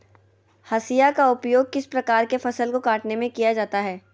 हाशिया का उपयोग किस प्रकार के फसल को कटने में किया जाता है?